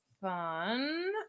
fun